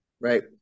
Right